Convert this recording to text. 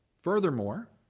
furthermore